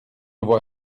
voit